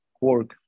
work